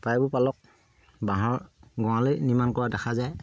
প্ৰায়বোৰ পালকে বাঁহৰ গঁৰালে নিৰ্মাণ কৰা দেখা যায়